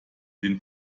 den